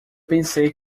pensei